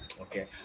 Okay